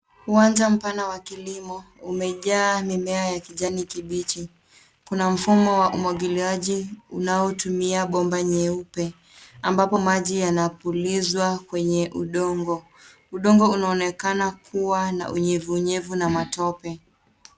Uwanja mpana wa kilimo umejaa mimea ya kijani kibichi. Kuna mfumo wa umwangiliaji unaotumia bomba nyeupe ambapo maji yanafulizwa kwenye udongo. Udongo unaonekana kuwa na unyevunyevu na matope.